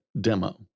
demo